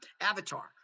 avatar